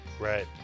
Right